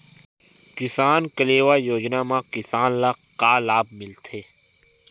किसान कलेवा योजना म किसान ल का लाभ मिलथे?